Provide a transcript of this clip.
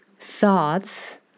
thoughts